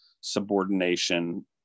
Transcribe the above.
subordination